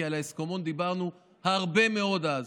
כי על ההסכמון דיברנו הרבה מאוד אז,